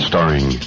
Starring